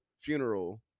funeral